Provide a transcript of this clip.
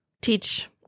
teach